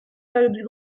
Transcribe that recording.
perdu